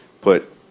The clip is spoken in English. put